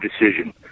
decision